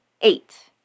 eight